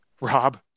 Rob